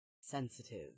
sensitive